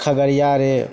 खगड़िया रे